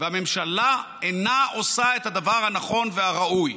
והממשלה אינה עושה את הדבר הנכון והראוי.